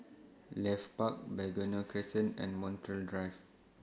Leith Park Begonia Crescent and Montreal Drive